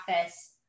office